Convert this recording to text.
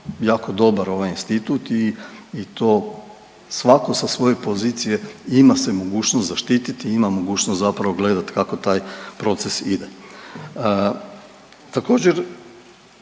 jako dobar ovaj institut i, i to svako sa svoje pozicije ima se mogućnost zaštititi, ima mogućnost zapravo gledat kako taj proces ide. Također